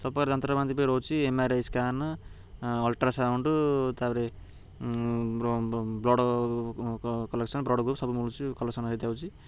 ସବୁ ପ୍ରକାର ଯନ୍ତ୍ରପାତି ବିି ରହୁଛି M R I scan ultrasound ତାପରେ ବ୍ଲଡ୍ କଲେକ୍ସନ ବ୍ଲଡ୍ ଗ୍ରୁପ ସବୁ ମିଳୁଛି କଲେକ୍ସନ ହୋଇଥାଉଛି